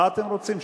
מה אתם רוצים?